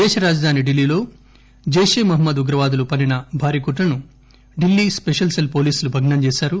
దేశ రాజధాని ఢిల్లీలో జైపే ఏ మహమ్మద్ ఉగ్రవాదులు పన్నిన భారీ కుట్రను ఢిల్లీ స్పెషల్ సెల్ పోలీసులు భగ్నం చేశారు